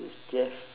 it's jeff